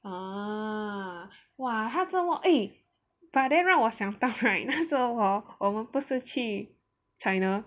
!huh! !wah! 他这么 eh but then right 我想到 right 那时候 hor 我们不是去 China